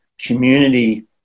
community